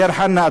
בדיר חנא,